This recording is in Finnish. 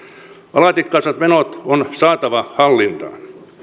alati kasvavat menot on saatava hallintaan